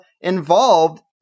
involved